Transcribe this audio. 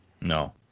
No